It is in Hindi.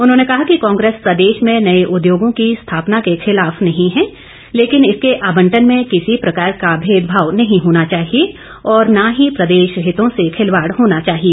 उन्होंने कहा कि कांग्रेस प्रदेश में नए उद्योगों की स्थापना के खिलाफ नहीं है लेकिन इसके आबंटन में किसी प्रकार का भेदभाव नहीं होना चाहिए और न ही प्रदेश हितों से खिलवाड़ होना चाहिए